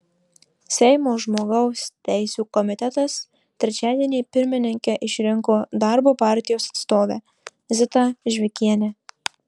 seimo žmogaus teisių komitetas trečiadienį pirmininke išrinko darbo partijos atstovę zitą žvikienę